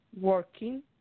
working